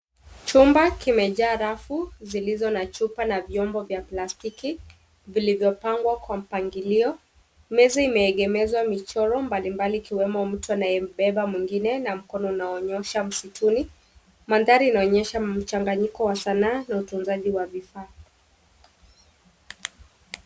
Chumba kimejaa rafu zilizo na chupa na viombo vya plastiki vilivyopangwa kwa mpangilio. Meza imeegemezwa michoro mbalimbali ikiwemo mtu anayembeba mwingine na mkono unanyoosha msituni. Mandhari inaonyesha mchanganyiko wa sanaa na utunzaji wa vifaa.